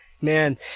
man